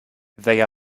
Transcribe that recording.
they